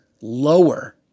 lower